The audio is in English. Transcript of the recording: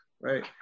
right